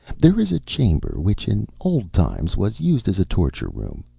there is a chamber which in old times was used as a torture room.